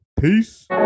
peace